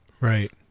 Right